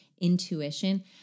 intuition